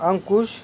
अंकुश